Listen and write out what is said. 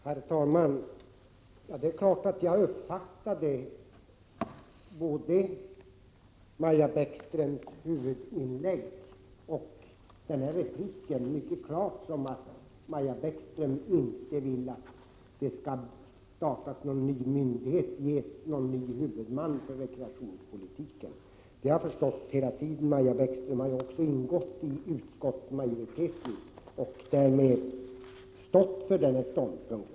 Herr talman! Det är klart att jag uppfattade både Maja Bäckströms huvudinlägg och repliken som att hon inte vill att det skall bildas någon ny myndighet så att rekreationspolitiken ges en ny huvudman. Detta har jag förstått hela tiden. Maja Bäckström har också ingått i utskottsmajoriteten och därmed intagit denna ståndpunkt.